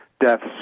deaths